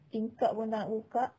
tingkap pun tak nak buka